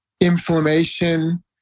inflammation